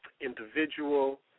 Individual